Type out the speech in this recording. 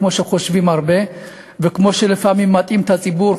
כמו שרבים חושבים וכמו שלפעמים מטעים את הציבור,